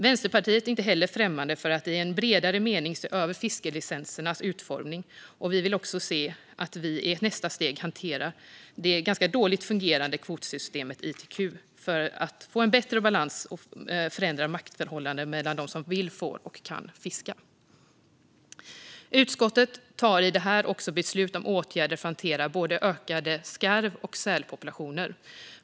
Vänsterpartiet är inte heller främmande för att i en bredare mening se över fiskelicensernas utformning. Vi vill också se att man i ett nästa steg hanterar det ganska dåligt fungerande kvotsystemet, ITQ, för att få en bättre balans och förändrade maktförhållanden mellan dem som vill, får och kan fiska. Utskottet tar genom det här också beslut om åtgärder för att hantera både ökade skarv och sälpopulationer.